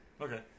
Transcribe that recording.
okay